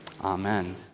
Amen